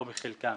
או בחלקם,